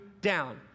down